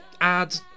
add